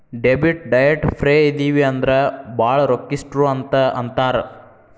debit ಡೈಟ್ ಫ್ರೇ ಇದಿವಿ ಅಂದ್ರ ಭಾಳ್ ರೊಕ್ಕಿಷ್ಟ್ರು ಅಂತ್ ಅಂತಾರ